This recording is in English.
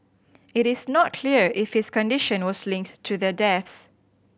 it is not clear if his condition was linked to their deaths